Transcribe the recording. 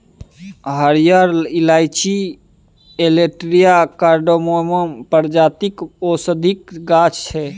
हरियर इलाईंची Elettaria cardamomum प्रजातिक औषधीक गाछ छै